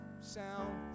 sound